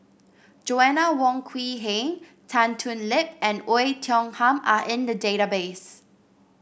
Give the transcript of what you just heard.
Joanna Wong Quee Heng Tan Thoon Lip and Oei Tiong Ham are in the database